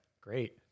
Great